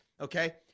okay